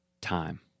time